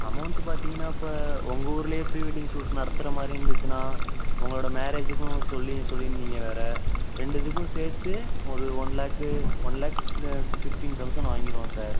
amount பார்த்தீங்கனா இப்போ உங்க ஊர்லே ப்ரீவெட்டிங் ஷூட் நடத்துகிற மாதிரி இருந்துச்சுனால் உங்களோடய மேரேஜுக்கும் சொல்லி சொல்லிருந்திங்கள் வேறு ரெண்டு இதுக்கும் சேர்த்து ஒரு one lakh one lakh fifteen thousand வாங்கிடுவோம் சார்